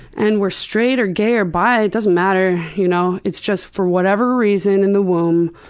and we're straight or gay or bi, it doesn't matter. you know it's just for whatever reason, in the womb,